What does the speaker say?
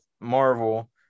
Marvel